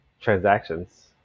transactions